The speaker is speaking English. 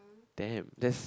damn that's